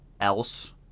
else